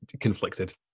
conflicted